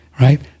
right